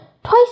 Twice